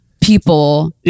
people